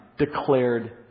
declared